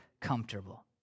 comfortable